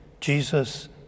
Jesus